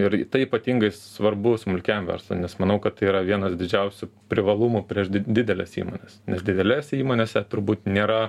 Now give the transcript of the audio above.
ir tai ypatingai svarbu smulkiam verslui nes manau kad tai yra vienas didžiausių privalumų prieš dideles įmones nes didelėse įmonėse turbūt nėra